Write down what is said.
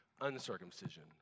uncircumcision